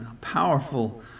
powerful